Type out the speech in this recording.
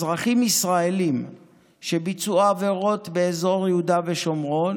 אזרחים ישראלים שביצעו עבירות באזור יהודה ושומרון